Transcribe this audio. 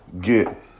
get